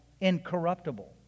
incorruptible